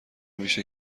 میشه